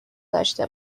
داشته